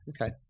Okay